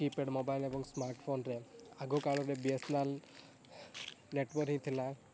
keypad mobile ଏବଂ ସ୍ମାର୍ଟଫୋନ୍ରେ ଆଗକାଳରେ B S N L network ହିଁ ଥିଲା